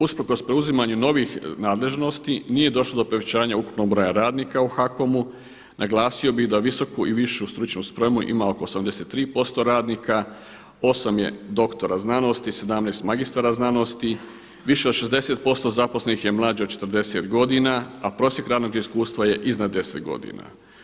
Usprkos preuzimanju novih nadležnosti nije došlo do povećanja ukupnog broja radnika u HAKOM-u. naglasio bih da visoku i višu stručnu spremu ima oko 83% radnika, 8 je doktora znanosti, 17 magistara znanosti, više od 60% zaposlenih je mlađe od 40 godina, a prosjek radnog iskustva je iznad 10 godina.